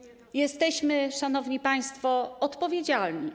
Jesteśmy, szanowni państwo, odpowiedzialni.